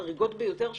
חריגות ביותר,